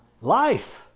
Life